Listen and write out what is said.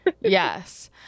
yes